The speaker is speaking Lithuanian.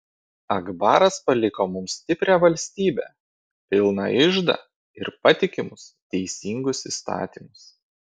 akbaras paliko mums stiprią valstybę pilną iždą ir patikimus teisingus įstatymus